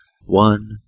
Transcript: One